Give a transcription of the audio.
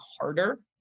harder